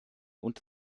und